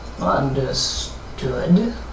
Understood